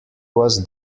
was